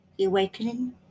awakening